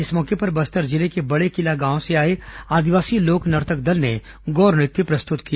इस मौके पर बस्तर जिले के बड़ेकिला गांव से आए आदिवासी लोक नर्तक दल ने गौर नृत्य प्रस्तृत किया